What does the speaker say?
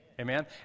Amen